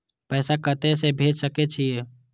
पैसा कते से भेज सके छिए?